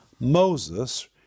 Moses